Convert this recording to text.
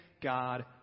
God